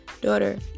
daughter